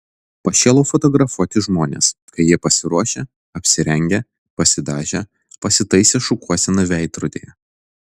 pašėlau fotografuoti žmones kai jie pasiruošę apsirengę pasidažę pasitaisę šukuoseną veidrodyje